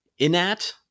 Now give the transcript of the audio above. Inat